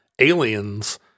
aliens